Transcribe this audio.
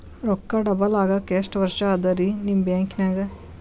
ರೊಕ್ಕ ಡಬಲ್ ಆಗಾಕ ಎಷ್ಟ ವರ್ಷಾ ಅದ ರಿ ನಿಮ್ಮ ಬ್ಯಾಂಕಿನ್ಯಾಗ?